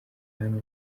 hano